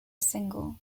single